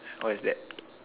what is that